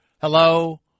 Hello